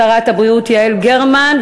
שרת הבריאות יעל גרמן,